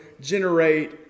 generate